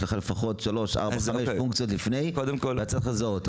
יש לך לפחות שלוש או ארבע פונקציות לפני וצריך להזדהות.